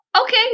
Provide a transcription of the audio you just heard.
Okay